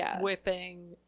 whipping